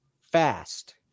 fast